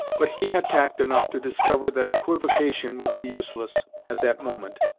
but he had tact enough to discover that equivocation would be useless, at that moment,